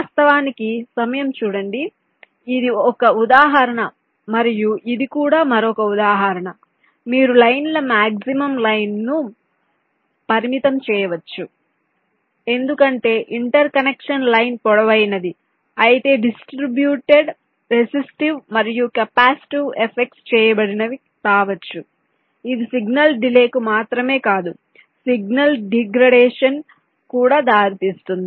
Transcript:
వాస్తవానికి సమయం చూడండి 1414 ఇది ఒక ఉదాహరణ మరియు ఇది కూడా మరొక ఉదాహరణ మీరు లైన్ ల మాక్సిమం లెన్త్ ను పరిమితం చేయవచ్చు ఎందుకంటే ఇంటర్కనెక్షన్ లైన్ పొడవైనది అయితే డిస్ట్రిబ్యూటెడ్ రెసిస్టివ్ మరియు కెపాసిటివ్ ఎఫెక్ట్స్ చేయబడినవి రావచ్చు ఇది సిగ్నల్ డిలే కు మాత్రమే కాదు సిగ్నల్ డిగ్రేడషన్ కూడా దారితీస్తుంది